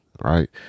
Right